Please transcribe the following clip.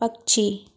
पक्षी